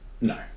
No